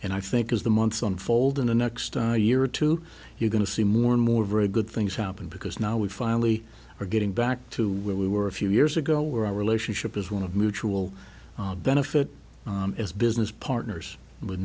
and i think as the months on fold in the next year or two you're going to see more and more very good things happen because now we finally are getting back to where we were a few years ago where our relationship is one of mutual benefit as business partners